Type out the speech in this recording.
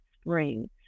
spring